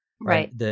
right